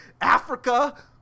Africa